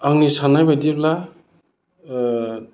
आंनि साननायबायदिब्ला